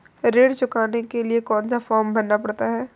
ऋण चुकाने के लिए कौन सा फॉर्म भरना पड़ता है?